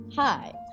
Hi